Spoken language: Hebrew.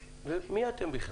מי אתם בכלל?